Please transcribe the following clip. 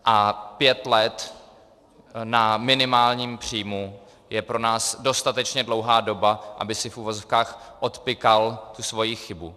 A pět let na minimálním příjmu je pro nás dostatečně dlouhá doba, aby si v uvozovkách odpykal tu svoji chybu.